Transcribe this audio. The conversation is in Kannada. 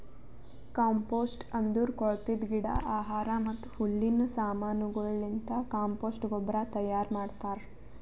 ಕಾಂಪೋಸ್ಟ್ ಅಂದುರ್ ಕೊಳತಿದ್ ಗಿಡ, ಆಹಾರ ಮತ್ತ ಹುಲ್ಲಿನ ಸಮಾನಗೊಳಲಿಂತ್ ಕಾಂಪೋಸ್ಟ್ ಗೊಬ್ಬರ ತೈಯಾರ್ ಮಾಡ್ತಾರ್